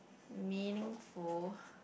meaningful